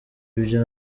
ibyo